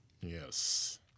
Yes